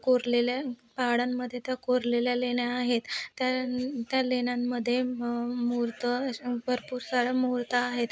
कोरलेल्या पहाडांमध्ये त्या कोरलेल्या लेण्या आहेत त्या त्या लेण्यांमध्ये म मूर्ती भरपूर साऱ्या मुहूर्त आहेत